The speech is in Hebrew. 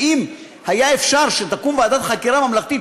ואם היה אפשר שתקום ועדת חקירה ממלכתית,